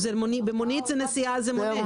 במונית זה לפי מונה.